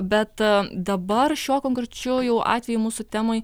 bet dabar šiuo konkrečiu jau atveju mūsų temoj